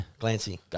Glancy